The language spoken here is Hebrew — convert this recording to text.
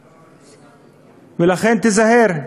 ולכן, תיזהר.